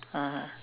(uh huh)